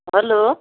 hello